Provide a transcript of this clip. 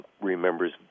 remembers